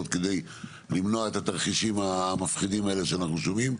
כדי למנוע את התרחישים המפחידים האלה שאנחנו שומעים,